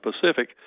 Pacific